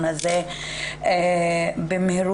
לפני חודש הייתי בבית חולים כי לא הרגשתי טוב ובמיון